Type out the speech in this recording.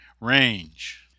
range